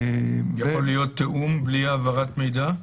יכול להיות תיאום בלי העברת מידע?